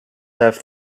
have